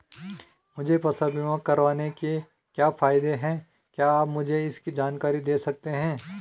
मुझे फसल बीमा करवाने के क्या फायदे हैं क्या आप मुझे इसकी जानकारी दें सकते हैं?